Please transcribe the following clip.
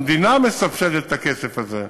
המדינה מסבסדת את הכסף הזה.